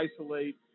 isolate